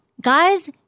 Guys